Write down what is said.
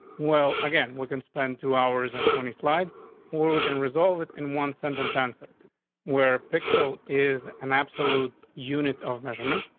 well, again, we can spend two hours and twenty slides or we can resolve it in one sentence. answer where pixel is an absolute unit of measurement.